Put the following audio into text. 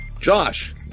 Josh